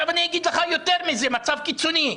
אגיד לכם יותר מזה, מצב קיצוני,